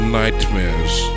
nightmares